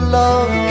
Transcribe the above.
love